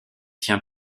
tient